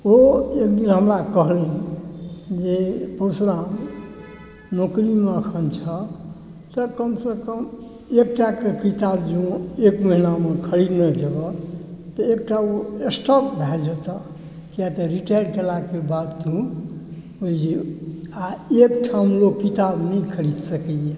ओ एक दिन हमरा कहलनि जे परशुराम नौकरीमे एखन छऽ तऽ कमसँ कम एकटाकए किताब जँ एक महीनामे खरीदने जेबऽ तऽ एकटा ओ स्टॉक भऽ जेतऽ कियाक तऽ रिटायर केलाक बाद आ एकठाम लोक किताब नहि खरीद सकैए